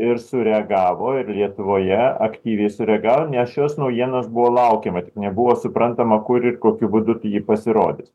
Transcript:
ir sureagavo ir lietuvoje aktyviai sureagavo nes šios naujienos buvo laukiama tik nebuvo suprantama kur ir kokiu būdu ji pasirodys